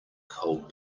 cold